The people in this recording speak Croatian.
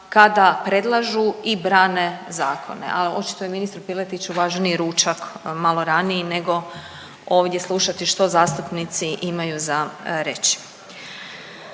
kada predlažu i brane zakone, a očito je ministru Piletiću važniji ručak malo raniji nego ovdje slušati što zastupnici imaju za reći.